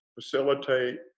facilitate